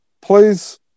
please